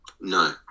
No